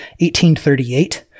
1838